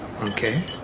Okay